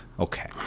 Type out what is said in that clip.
Okay